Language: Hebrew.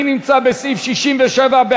אני נמצא בסעיף 67,